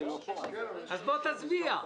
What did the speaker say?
אז בוא תצביע.